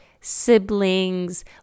siblings